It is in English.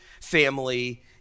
family